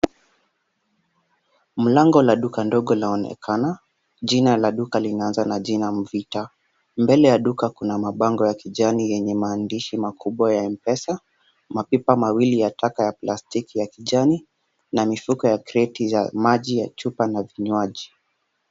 Mlango la duka ndogo laonekana ,jina la duka inaanza na jina la vita. Mbele ya duka kuna mabango ya kijani yenye maandishi makubwa ya m-pesa, mapipa mawili ya taka ya plastiki ya kijani na mifuko ya kreti ya maji ya chupa na vinywaji.